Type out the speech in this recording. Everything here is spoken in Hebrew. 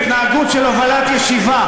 בהתנהגות של הובלת ישיבה,